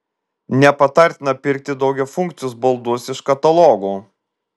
nepatartina pirkti daugiafunkcius baldus iš katalogų